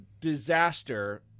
disaster